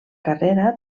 carrera